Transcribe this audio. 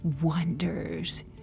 wonders